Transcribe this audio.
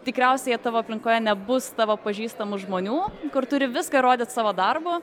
tikriausiai tavo aplinkoje nebus tavo pažįstamų žmonių kur turi viską įrodyt savo darbu